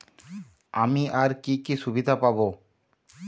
আমি আর কি কি সুবিধা পাব?